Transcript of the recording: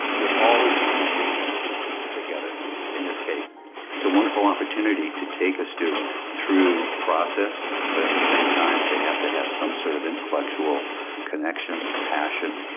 you're always going to be mating these pieces together in this case. it's a wonderful opportunity to take a student through process, but at the same time they have to have some sort of intellectual connection, passion,